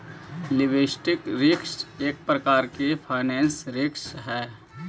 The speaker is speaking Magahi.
लिक्विडिटी रिस्क एक प्रकार के फाइनेंशियल रिस्क हई